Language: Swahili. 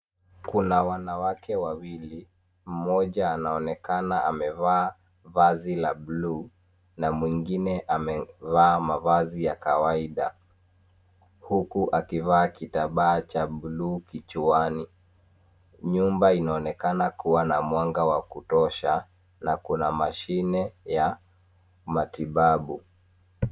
Kuna wanawake wawili, mmoja anaonekana amevaa vazi la buluu na mwingine amevaa mavazi ya kawaida, huku akivaa kitambaa cha buluu kichwani. Nyumba inaonekana kuwa na mwanga wa kutosha na kuna mashine ya matibabu.